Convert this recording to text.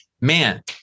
man